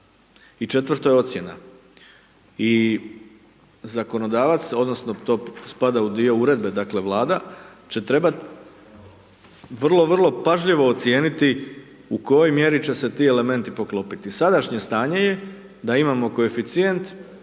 i četvrto je ocjena i zakonodavac odnosno to spada u dio Uredbe, dakle, Vlada će trebat vrlo, vrlo pažljivo ocijeniti u kojoj mjeri će se ti elementi poklopiti. Sadašnje stanje je da imamo koeficijent